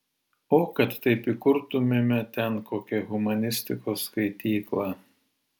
o kad taip įkurtumėme ten kokią humanistikos skaityklą